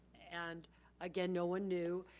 and again, no one knew.